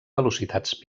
velocitats